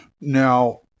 Now